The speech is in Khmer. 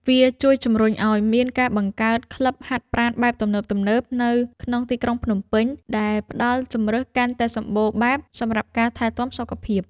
វាជួយជំរុញឱ្យមានការបង្កើតក្លឹបហាត់ប្រាណបែបទំនើបៗនៅក្នុងទីក្រុងភ្នំពេញ ដែលផ្ដល់ជម្រើសកាន់តែសម្បូរបែបសម្រាប់ការថែទាំសុខភាព។